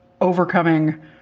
overcoming